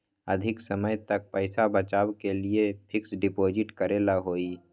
अधिक समय तक पईसा बचाव के लिए फिक्स डिपॉजिट करेला होयई?